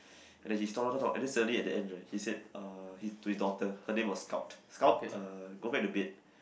and then she saw the dog and then suddenly at the end right he said uh to his daughter her name was Scout Scout uh go back to bed